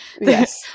Yes